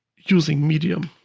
using medium.